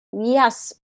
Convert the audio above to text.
yes